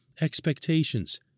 expectations